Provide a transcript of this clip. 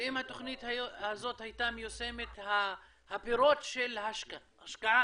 שאם התוכנית הזאת הייתה מיושמת הפירות של ההשקעה